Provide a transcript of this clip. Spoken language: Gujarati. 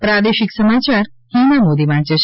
પ્રાદેશિક સમાચાર હિના મોદી વાંચે છે